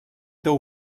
teu